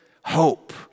hope